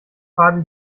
fabi